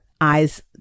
eyes